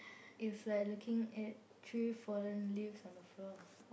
is like looking at three fallen leaves on the floor